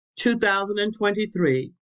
2023